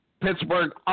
Pittsburgh